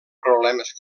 problemes